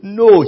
no